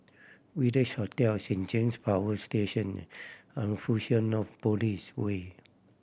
Village Hotel Saint James Power Station Fusionopolis Way